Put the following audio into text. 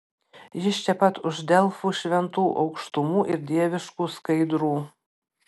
jis čia pat už delfų šventų aukštumų ir dieviškų skaidrų